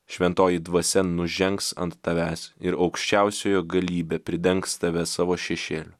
šventoji dvasia nužengs ant tavęs ir aukščiausiojo galybė pridengs tave savo šešėliu